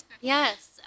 Yes